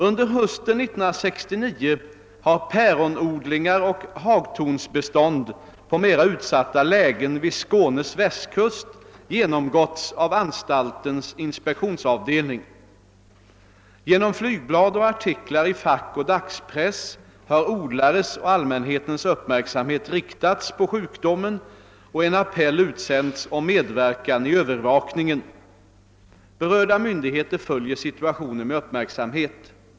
Under hösten 1969 har päronodlingar och hagtornsbestånd på mera utsatta lägen vid Skånes västkust genomgåtts av anstaltens inspektionsavdelning. Genom flygblad och artiklar i fackoch dagspress har odlares och allmänhetens uppmärksamhet riktats på sjukdomen och en appell utsänts om medverkan i övervakningen. Berörda myndigheter följer situationen med uppmärksamhet.